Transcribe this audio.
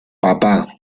papà